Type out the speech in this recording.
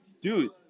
dude